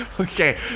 Okay